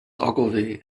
ogilvy